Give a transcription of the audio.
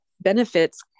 benefits